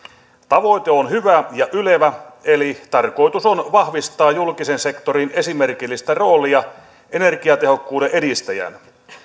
tavoite on hyvä ja ylevä eli tarkoitus on vahvistaa julkisen sektorin esimerkillistä roolia energiatehokkuuden edistäjänä